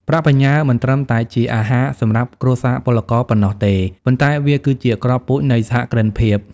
ប្រាក់បញ្ញើមិនត្រឹមតែជា "អាហារ" សម្រាប់គ្រួសារពលករប៉ុណ្ណោះទេ ប៉ុន្តែវាគឺជា "គ្រាប់ពូជ" នៃសហគ្រិនភាព។